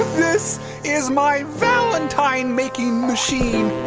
this is my valentine-making machine.